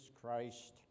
Christ